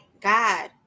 God